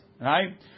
right